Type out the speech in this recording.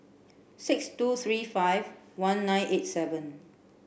six two three five one nine eight seven